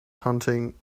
hunting